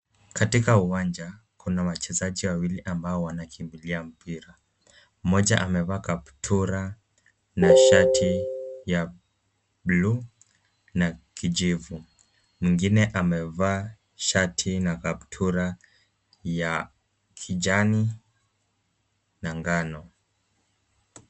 Katika uwanja kuna wachezaji wawili ambao wanakimbilia mpira. Mmoja amevaa kaptura na shati ya blue na kijivu. Mwingine amevaa shati na kapturu ya kijani na ngano.